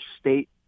state